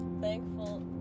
Thankful